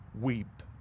weep